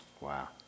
Wow